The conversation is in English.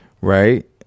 Right